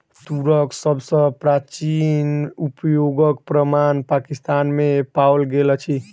तूरक सभ सॅ प्राचीन उपयोगक प्रमाण पाकिस्तान में पाओल गेल अछि